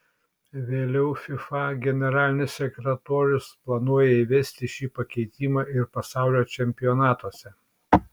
vėliau fifa generalinis sekretorius planuoja įvesti šį pakeitimą ir pasaulio čempionatuose